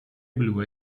blu